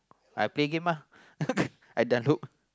I play game ah I download